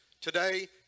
today